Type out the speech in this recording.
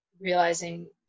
realizing